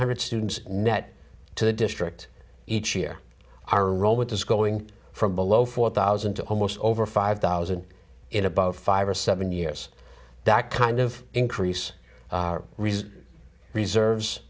hundred students net to the district each year our roll which is going from below four thousand to almost over five thousand in about five or seven years that kind of increase rese